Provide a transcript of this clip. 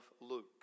Luke